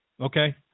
okay